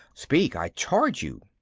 speak, i charge you!